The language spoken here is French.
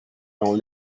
dont